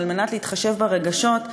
כדי להתחשב ברגשות,